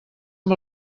amb